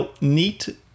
neat